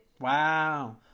Wow